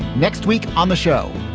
next week on the show,